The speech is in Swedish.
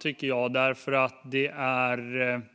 tycker jag är bekymmersamt.